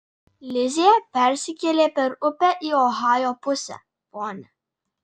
lizė persikėlė per upę į ohajo pusę ponia